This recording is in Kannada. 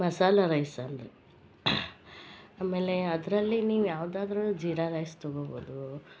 ಮಸಾಲೆ ರೈಸ್ ಅಂದ್ರೆ ಅಮೇಲೆ ಅದರಲ್ಲಿ ನೀವು ಯಾವ್ದಾದರೂನು ಜೀರಾ ರೈಸ್ ತಗೋಬೋದು